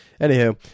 Anywho